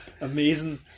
Amazing